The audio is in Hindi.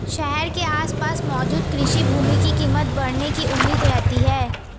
शहर के आसपास मौजूद कृषि भूमि की कीमत बढ़ने की उम्मीद रहती है